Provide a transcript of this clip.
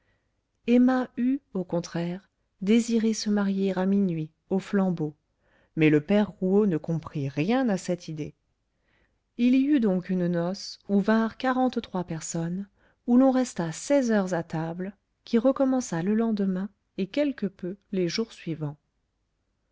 emma eût au contraire désiré se marier à minuit aux flambeaux mais le père rouault ne comprit rien à cette idée il y eut donc une noce où vinrent quarante-trois personnes où l'on resta seize heures à table qui recommença le lendemain et quelque peu les jours suivants